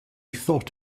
thought